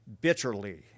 Bitterly